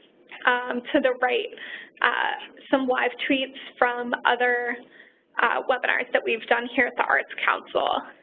um to the right some live tweets from other webinars that we've done here at the arts council.